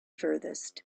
furthest